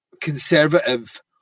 conservative